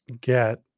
get